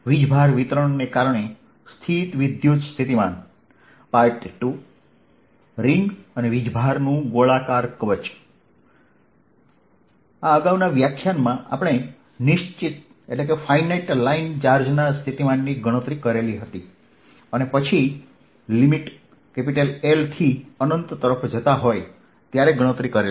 વીજભાર વિતરણ ને કારણે સ્થિત વિદ્યુત સ્થિતિમાન II રીંગ અને વીજભારનું ગોળાકાર કવચ પહેલાનાં વ્યાખ્યાનમાં આપણે નિશ્ચિત લાઇન ચાર્જના સ્થિતિમાનની ગણતરી કરી અને પછી લિમિટ L થી અનંત તરફ જતા હોય ત્યારે ગણતરી કરીએ